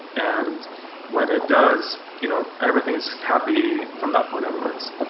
and when it does you know everything is happy from that point onwards.